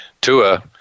Tua